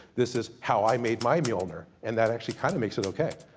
this is how i made my mjolnir, and that actually kinda makes it okay.